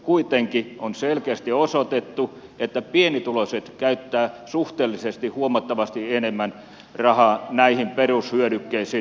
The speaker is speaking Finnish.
kuitenkin on selkeästi osoitettu että pienituloiset käyttävät suhteellisesti huomattavasti enemmän rahaa näihin perushyödykkeisiin